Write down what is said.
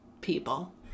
people